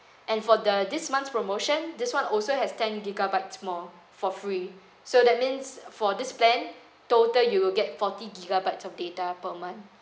and for the this month's promotion this one also has ten gigabytes more for free so that means for this plan total you will get forty gigabytes of data per month